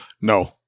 No